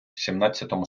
сімнадцятому